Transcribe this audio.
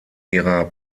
ihrer